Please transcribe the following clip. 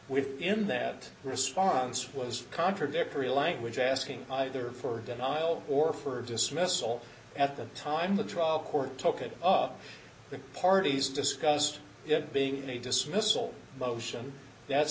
with in that response was contradictory language asking either for denial or for dismissal at the time the trial court took it up the parties discussed it being a dismissal motion that's